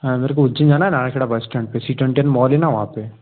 हाँ मेरे को उज्जैन जाना है नाना खेड़ा बस इस्टैंड पर सी ट्वेंटी वन मॉल है ना वहाँ पर